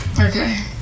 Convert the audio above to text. Okay